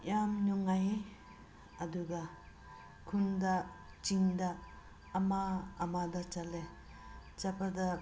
ꯌꯥꯝ ꯅꯨꯡꯉꯥꯏꯌꯦ ꯑꯗꯨꯒ ꯈꯨꯟꯗ ꯆꯤꯡꯗ ꯑꯃ ꯑꯃꯗ ꯆꯠꯂꯦ ꯆꯠꯄꯗ